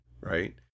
right